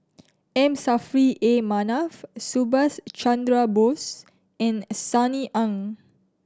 M Saffri A Manaf Subhas Chandra Bose and Sunny Ang